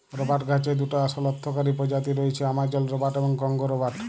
রবাট গাহাচের দুটা আসল অথ্থকারি পজাতি রঁয়েছে, আমাজল রবাট এবং কংগো রবাট